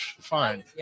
fine